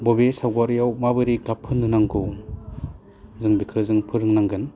बबे सावगारियाव माबायदि गाब फुननो नांगौ जों बेखौ जों फोरोंनांगोन